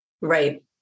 Right